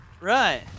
Right